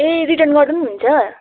ए return गर्दा पनि हुन्छ